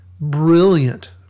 brilliant